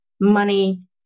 money